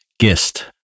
Gist